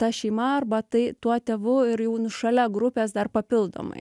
ta šeima arba tai tuo tėvu ir jau nu šalia grupės dar papildomai